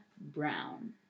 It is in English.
Brown